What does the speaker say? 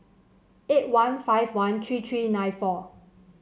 eight one five one three three nine four